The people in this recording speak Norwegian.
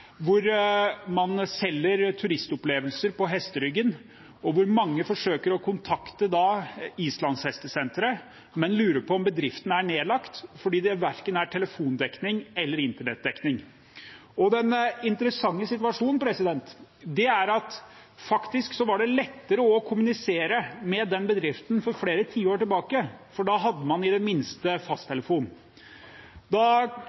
man selger turistopplevelser på hesteryggen. Mange forsøker å kontakte dette islandshestesenteret, men lurer på om bedriften er nedlagt fordi det verken er telefondekning eller internettdekning. Den interessante situasjonen er at det faktisk var lettere å kommunisere med den bedriften flere tiår tilbake, for da hadde man i det minste fasttelefon. Da